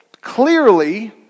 clearly